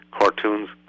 cartoons